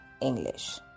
English